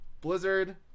Blizzard